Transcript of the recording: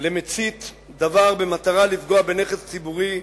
למצית דבר במטרה לפגוע בנכס ציבורי,